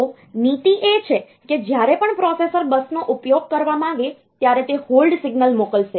તો નીતિ એ છે કે જ્યારે પણ પ્રોસેસર બસનો ઉપયોગ કરવા માંગે ત્યારે તે હોલ્ડ સિગ્નલ મોકલશે